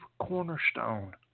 cornerstone